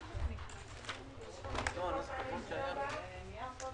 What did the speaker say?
הישיבה נעולה.